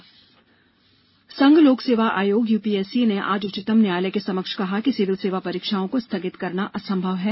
उच्चतम न्यायालय संघ लोक सेवा आयोग यूपीएससी ने आज उच्चतम न्यायालय के समक्ष कहा कि सिविल सेवा परीक्षाओं को स्थगित करना असंभव है